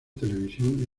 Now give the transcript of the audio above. televisión